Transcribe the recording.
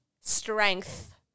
strength